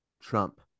Trump